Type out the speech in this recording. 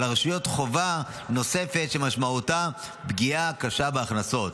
הרשויות חובה נוספת שמשמעותה פגיעה קשה בהכנסות.